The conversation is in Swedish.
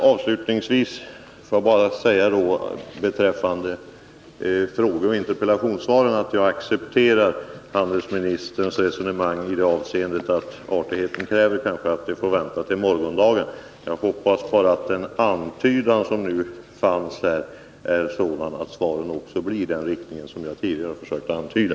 Avslutningsvis vill jag säga att jag accepterar handelsministerns resonemang att artigheten kanske kräver att vi inväntar morgondagens interpellationssvar. Jag hoppas bara att svaren går i den riktning som jag tidigare har försökt antyda.